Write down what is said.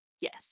Yes